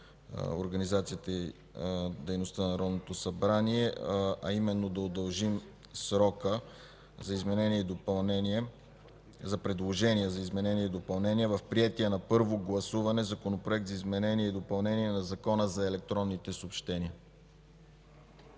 организацията и дейността на Народното събрание да удължим със седем дни срока за предложения за изменения и допълнения в приетия на първо гласуване Законопроект за изменение и допълнение на Закона за електронните съобщения.